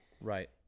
Right